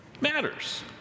matters